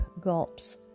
gulps